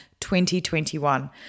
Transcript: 2021